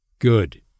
Good